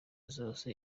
zose